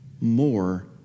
more